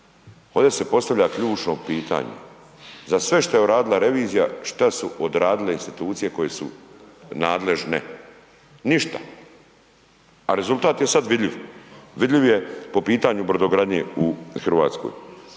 Ovdje se postavlja ključno pitanje, za sve što je uradila revizija, što su odradile institucije koje su nadležne? Ništa. A rezultat je sad vidljiv. Vidljiv je po pitanju brodogradnje u Hrvatskoj.